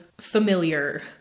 familiar